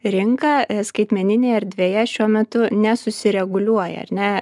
rinka skaitmeninėje erdvėje šiuo metu nesusireguliuoja ar ne